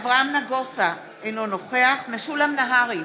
אברהם נגוסה, אינו נוכח משולם נהרי,